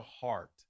heart